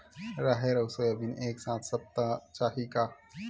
राहेर अउ सोयाबीन एक साथ सप्ता चाही का?